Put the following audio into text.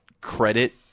credit